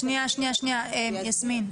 שנייה, יסמין.